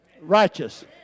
righteous